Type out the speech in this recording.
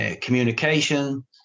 communication